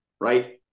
right